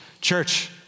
Church